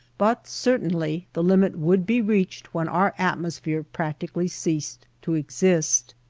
but certainly the limit would be reached when our atmosphere practically ceased to exist.